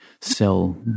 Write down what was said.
sell